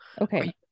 Okay